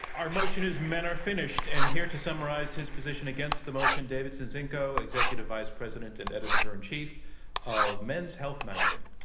our motion is men are finished. and here to summarize his position against the motion, david zinczenko, executive vice president and editor in chief of men's health magazine.